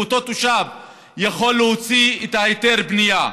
ואותו תושב יוכל להוציא את היתר הבנייה,